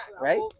right